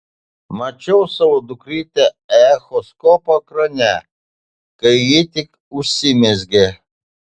mačiau savo dukrytę echoskopo ekrane kai ji tik užsimezgė